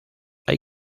hay